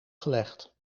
gelegd